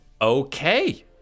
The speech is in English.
okay